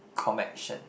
comaction